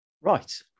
Right